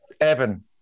Evan